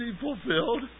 fulfilled